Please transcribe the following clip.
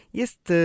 jest